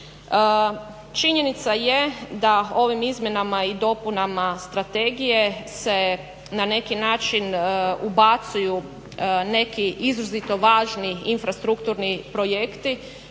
Činjenica je da ovim izmjenama i dopunama strategije se na neki način ubacuju neki izrazito važni infrastrukturni projekti